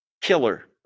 killer